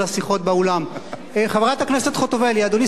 חברת הכנסת חוטובלי, אדוני שר הביטחון, זה מפריע.